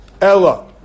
Ella